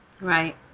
Right